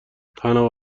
تنها